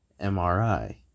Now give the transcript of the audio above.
MRI